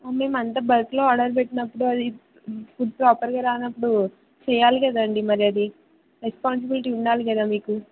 మేమంతా బల్క్లో ఆర్డర్ పెట్టినప్పుడు అది ఫుడ్ ప్రాపర్గా రానప్పుడు చేయాలి కదాండి మరి అది రెస్పాన్సిబిలిటీ ఉండాలి కదా మీకు